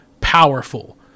powerful